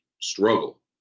struggle